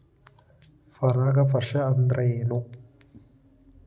ಪರಾಗಸ್ಪರ್ಶ ಅಂದರೇನು?